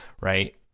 Right